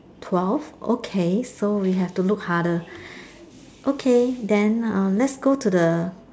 twelve okay so we have to look harder okay then um let's go to the